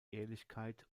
ehrlichkeit